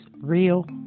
real